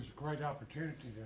great opportunity